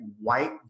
white